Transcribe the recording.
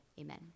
amen